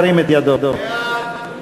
עוברים ל-68ד.